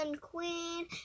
queen